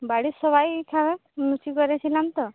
বাড়ির সবাই খাবে লুচি করেছিলাম তো